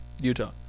Utah